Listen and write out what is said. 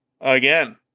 Again